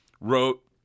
wrote